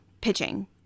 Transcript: pitching